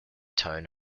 town